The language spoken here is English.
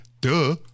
duh